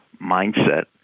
mindset